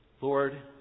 Lord